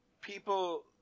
people